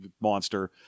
monster